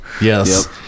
Yes